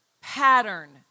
pattern